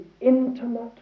intimate